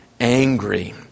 angry